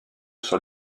sur